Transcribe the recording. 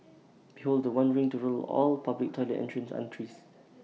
behold The One ring to rule all public toilet entrance aunties